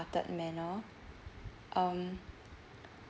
~hearted manner um